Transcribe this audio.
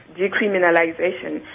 decriminalization